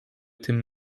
tym